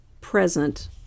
present